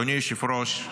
אדוני היושב-ראש,